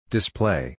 Display